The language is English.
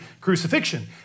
crucifixion